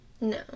No